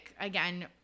Again